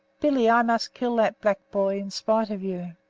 billy, i must kill that black boy in spite of you